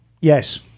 Yes